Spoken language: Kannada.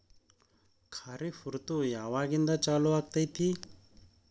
ಖಾರಿಫ್ ಋತು ಯಾವಾಗಿಂದ ಚಾಲು ಆಗ್ತೈತಿ?